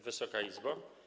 Wysoka Izbo!